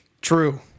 true